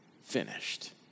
finished